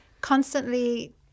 constantly